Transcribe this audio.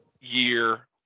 year